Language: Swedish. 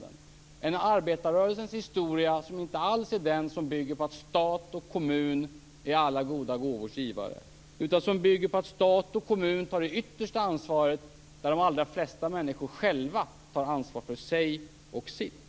Det är arbetarrörelsens historia som inte alls bygger på att stat och kommun är alla goda gåvors givare, utan som bygger på att stat och kommun har det yttersta ansvaret medan de allra flesta människor själva tar ansvar för sig och sitt.